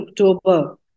October